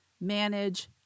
manage